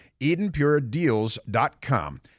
EdenPureDeals.com